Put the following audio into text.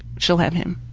she'll have him.